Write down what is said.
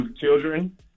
children